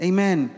Amen